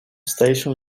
station